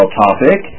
topic